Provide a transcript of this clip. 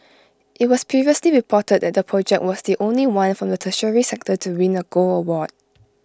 IT was previously reported that the project was the only one from the tertiary sector to win A gold award